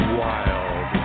wild